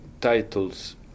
titles